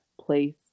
place